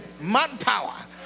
manpower